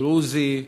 דרוזי,